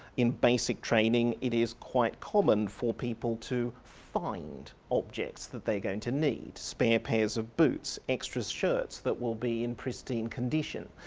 in basic training it is quite common for people to find objects that they're going to need spare pairs of boots, extra shirts that will be in pristine condition.